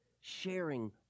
sharing